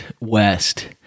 west